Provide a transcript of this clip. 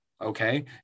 Okay